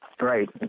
right